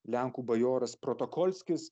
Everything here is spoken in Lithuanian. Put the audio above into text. lenkų bajoras protokolskis